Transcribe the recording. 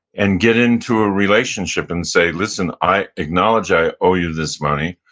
and get into a relationship and say, listen, i acknowledge i owe you this money.